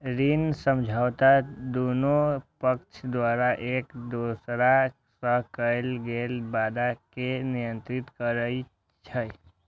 ऋण समझौता दुनू पक्ष द्वारा एक दोसरा सं कैल गेल वादा कें नियंत्रित करै छै